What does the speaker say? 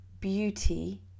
beauty